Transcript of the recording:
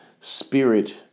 Spirit